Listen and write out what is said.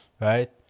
right